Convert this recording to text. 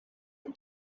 and